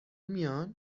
میان